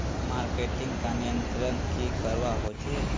Marketing का नियंत्रण की करवा होचे?